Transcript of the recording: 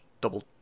double